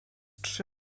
trzy